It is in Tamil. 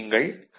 கவனியுங்கள்